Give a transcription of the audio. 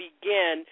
begin